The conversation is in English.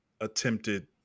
attempted